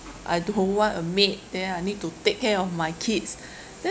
I don't want a maid then I need to take care of my kids